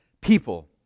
People